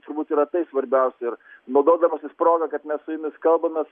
turbūt yra tai svarbiausia ir naudodamasis proga kad mes su jumis kalbamės